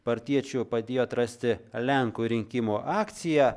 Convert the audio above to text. partiečių padėjo atrasti lenkų rinkimų akcija